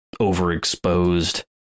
overexposed